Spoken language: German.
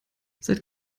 seit